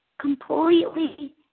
completely